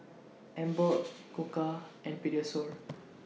Emborg Koka and Pediasure